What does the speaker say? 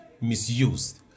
misused